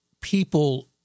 people